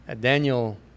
Daniel